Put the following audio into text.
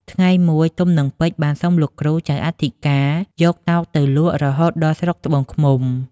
ថ្ងៃមួយ ទុំ និងពេជ្រ បានសុំលោកគ្រូចៅអធិការយកតោកទៅលក់រហូតដល់ស្រុកត្បួងឃ្មុំ។